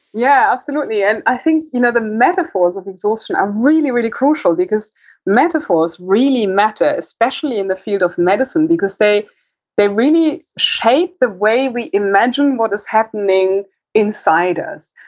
yeah, absolutely. and i think you know, the metaphors of exhaustion are really, really crucial because metaphors really matter, especially in the field of medicine because they they really shape the way we imagine what is happening inside us.